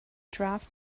draft